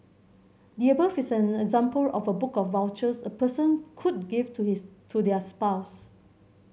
the above is an example of a book of vouchers a person could give to his to their spouse